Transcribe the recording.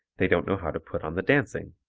they don't know how to put on the dancing.